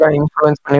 influence